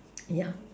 yeah